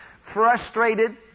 frustrated